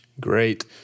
Great